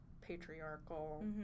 patriarchal